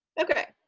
ok.